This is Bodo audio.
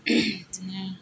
बिदिनो